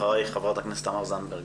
אחריך, חברת הכנסת תמר זנדברג.